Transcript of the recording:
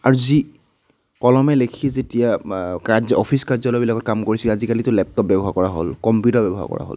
আৰু যি কলমে লিখি যেতিয়া অফিচ কাৰ্যালয়বিলাকত কাম কৰিছিল আজিকালিটো লেপটপ ব্যৱহাৰ কৰা হ'ল কম্পিউটাৰ ব্যৱহাৰ কৰা হ'ল